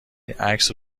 عکسی